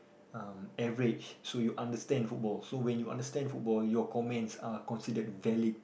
um average so you understand football so when you understand football your comments are considered valid